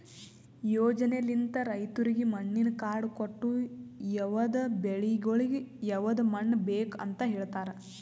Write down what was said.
ಯೋಜನೆಲಿಂತ್ ರೈತುರಿಗ್ ಮಣ್ಣಿನ ಕಾರ್ಡ್ ಕೊಟ್ಟು ಯವದ್ ಬೆಳಿಗೊಳಿಗ್ ಯವದ್ ಮಣ್ಣ ಬೇಕ್ ಅಂತ್ ಹೇಳತಾರ್